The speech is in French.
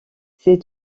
sais